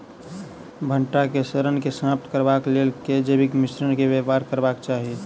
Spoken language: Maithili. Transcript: भंटा केँ सड़न केँ समाप्त करबाक लेल केँ जैविक मिश्रण केँ व्यवहार करबाक चाहि?